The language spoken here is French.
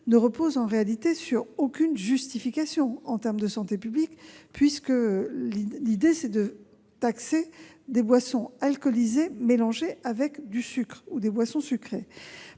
ne repose en réalité sur aucune justification en termes de santé publique. L'objectif est de taxer les boissons alcoolisées mélangées avec du sucre ou des boissons sucrées.